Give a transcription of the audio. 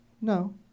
no